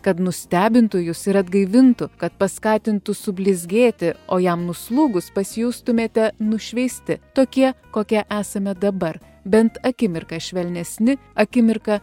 kad nustebintų jus ir atgaivintų kad paskatintų sublizgėti o jam nuslūgus pasijustumėte nušveisti tokie kokie esame dabar bent akimirką švelnesni akimirka